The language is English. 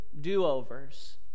do-overs